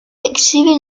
exhiben